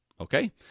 Okay